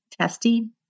testing